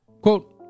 Quote